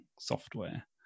software